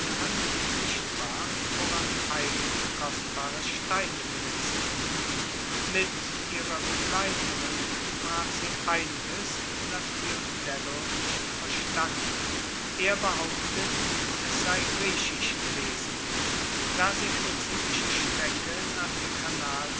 hand sichtbar woran einige kostbare steine blitzten mit ihrer begleiterin sprach sie einiges das biondello nicht verstand er behauptet es sei griechisch gewesen da sie eine ziemliche strecke nach dem kanal